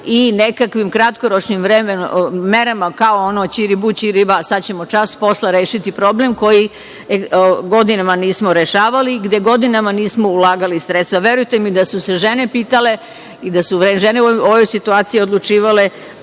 i nekakvim kratkoročnim merama kao ono ćiri bu – ćiri ba, sada ćemo čas posla rešiti problem koji godinama nismo rešavali i gde godinama nismo ulagali sredstva. Verujte mi da su se žene pitale, i da su žene u ovoj situaciji odlučivale,